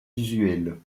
usuels